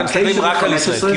אתם מסתכלים רק על ישראל.